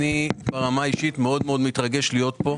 ברמה האישית אני מתרגש מאוד להיות כאן.